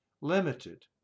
limited